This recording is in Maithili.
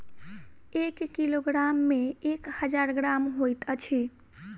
एक किलोग्राम मे एक हजार ग्राम होइत अछि